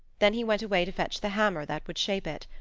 then he went away to fetch the hammer that would shape it.